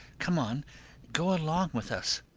come on go along with us.